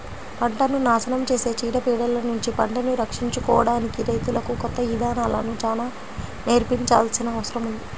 పంటను నాశనం చేసే చీడ పీడలనుంచి పంటను రక్షించుకోడానికి రైతులకు కొత్త ఇదానాలను చానా నేర్పించాల్సిన అవసరం ఉంది